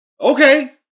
Okay